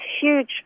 huge